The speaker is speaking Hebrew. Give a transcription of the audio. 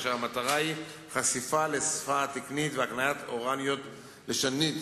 והמטרה היא חשיפה לשפה תקנית והקניית אוריינות לשונית